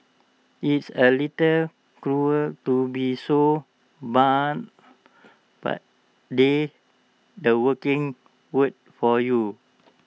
it's A little cruel to be so blunt but that's the working world for you